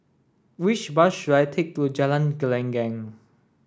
which bus should I take to Jalan Gelenggang